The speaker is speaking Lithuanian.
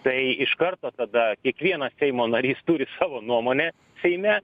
tai iš karto tada kiekvienas seimo narys turi savo nuomonę seime